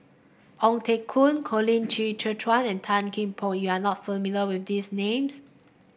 Ong Teng Koon Colin Qi Zhe Quan and Tan Kian Por you are not familiar with these names